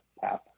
path